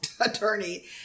attorney